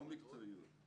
לא מקצועיות.